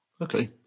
okay